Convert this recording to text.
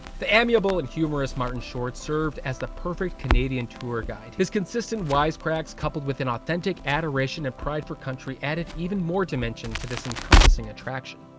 the amiable and humourous martin short served as the perfect canadian tour guide. his consistent wise cracks coupled with an authentic adoration and pride for country added even more dimension to the encompassing attraction.